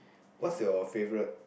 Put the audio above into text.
what's your favourite